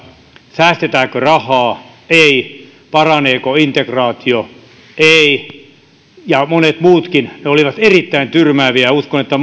säästetäänkö rahaa ei paraneeko integraatio ei ja monet muutkin olivat erittäin tyrmääviä uskon että